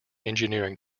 engineering